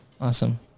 Awesome